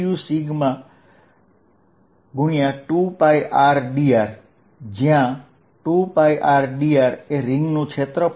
અહીં 2rdr એ આ રીંગનું ક્ષેત્રફળ છે